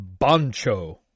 boncho